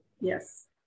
Yes